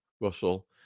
Russell